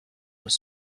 was